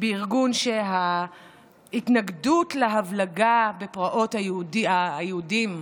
בארגון שבו ההתנגדות להבלגה לפרעות ביהודים,